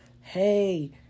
Hey